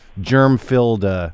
germ-filled